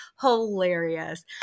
hilarious